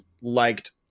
liked